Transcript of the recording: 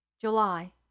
July